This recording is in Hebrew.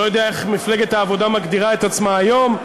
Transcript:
לא יודע איך מפלגת העבודה מגדירה את עצמה היום,